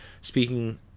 Speaking